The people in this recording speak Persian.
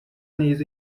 نیز